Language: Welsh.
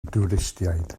dwristiaid